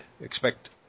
Expect